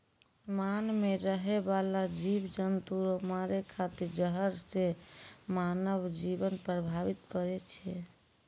मान मे रहै बाला जिव जन्तु रो मारै खातिर जहर से मानव जिवन प्रभावित पड़ै छै